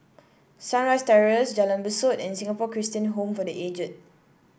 Sunrise Terrace Jalan Besut and Singapore Christian Home for The Aged